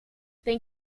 den